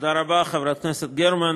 תודה רבה, חברת הכנסת גרמן.